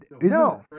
no